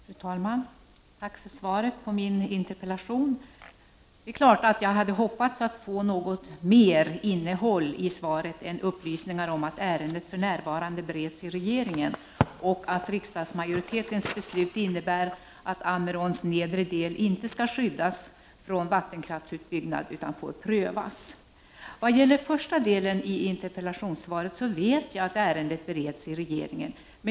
Fru talman! Tack för svaret på min interpellation. Naturligtvis hade jag hoppats att få något mer innehåll i svaret än upplysningar om att ärendet för närvarande bereds i regeringen och att riksdagsmajoritetens beslut innebär att Ammeråns nedre del inte skall skyddas från vattenkraftsutbyggnad utan får prövas. Vad gäller den första delen av interpellationssvaret så vet jag att ärendet bereds i regeringen.